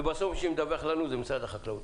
ובסוף מי שמדווח לנו זה משרד החקלאות.